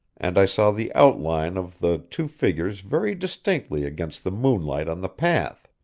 and i saw the outline of the two figures very distinctly against the moonlight on the path